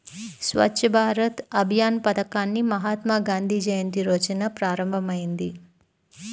స్వచ్ఛ్ భారత్ అభియాన్ పథకాన్ని మహాత్మాగాంధీ జయంతి రోజున ప్రారంభమైంది